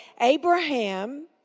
Abraham